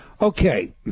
Okay